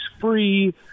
free